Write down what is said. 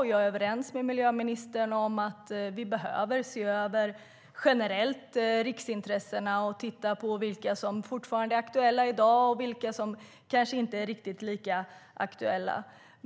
Jag är överens med miljöministern om att vi generellt behöver se över riksintressena - det är mycket bra - och titta på vilka som fortfarande är aktuella i dag och vilka som kanske inte är riktigt lika aktuella.